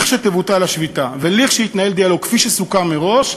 לכשתבוטל השביתה ולכשיתנהל דיאלוג כפי שסוכם מראש,